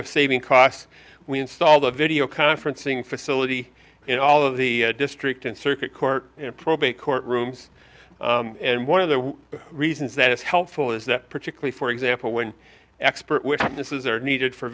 of saving costs we installed a video conferencing facility in all of the district and circuit court and probate court rooms and one of the reasons that it's helpful is that particularly for example when expert witnesses are needed for